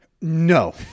No